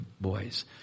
boys